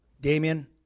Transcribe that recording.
Damien